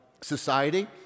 society